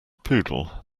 poodle